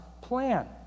plan